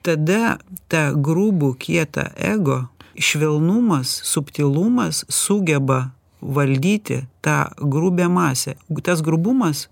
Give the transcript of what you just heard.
tada tą grubų kietą ego švelnumas subtilumas sugeba valdyti tą grubią masę tas grubumas